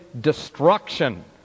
destruction